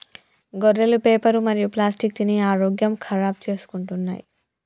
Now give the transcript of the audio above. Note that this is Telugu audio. గొర్రెలు పేపరు మరియు ప్లాస్టిక్ తిని ఆరోగ్యం ఖరాబ్ చేసుకుంటున్నయ్